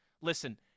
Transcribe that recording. listen –